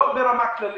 לא ברמה הכללית,